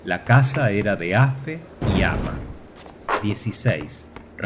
la casa era de afe y amma